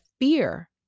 fear